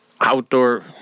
Outdoor